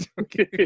okay